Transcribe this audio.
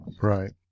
Right